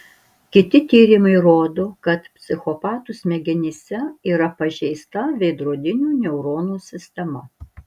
kiti tyrimai rodo kad psichopatų smegenyse yra pažeista veidrodinių neuronų sistema